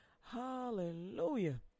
hallelujah